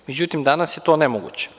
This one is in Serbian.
Međutim, danas je to nemoguće.